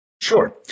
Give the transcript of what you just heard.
Sure